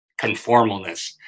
conformalness